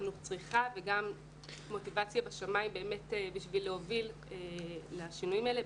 החינוך צריכה וגם יש מוטיבציה גבוהה כדי להוביל לשינויים האלה.